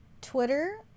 Twitter